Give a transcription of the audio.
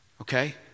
Okay